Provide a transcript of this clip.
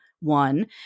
One